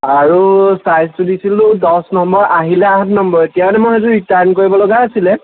আৰু ছাইজটো দিছিলোঁ দহ নম্বৰ আহিলে আঠ নম্বৰ এতিয়া মানে মই সেইযোৰ ৰিটাৰ্ণ কৰিব লগা আছিলে